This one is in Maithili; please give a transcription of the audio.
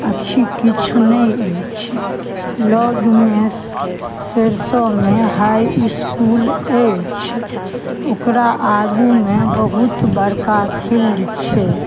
अथी किछु नहि अछि लगमे सैरसौमे हाइ इसकुल अछि ओकरा आगूमे बहुत बड़का फील्ड छै